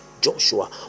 Joshua